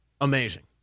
Amazing